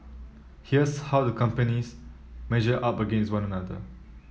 here's how the companies measure up against one another